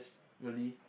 really